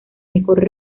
mejor